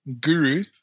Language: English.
guru